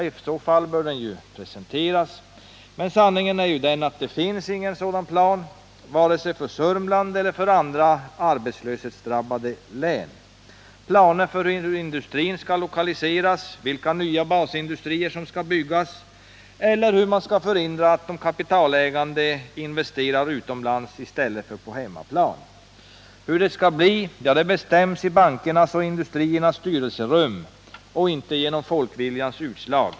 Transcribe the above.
I så fall bör den presenteras. Men sanningen är ju att det finns inte någon sådan plan vare sig för Sörmland eller för andra arbetslöshetsdrabbade län. Det finns inga planer för hur industrin skall lokaliseras, vilka nya basindustrier som skall byggas eller hur man skall förhindra att de kapitalägande investerar utomlands i stället för på hemmaplan. Hur det skall bli bestäms i bankernas och industriernas styrelserum och inte genom folkviljans utslag.